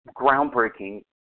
groundbreaking